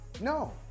No